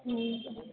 हँ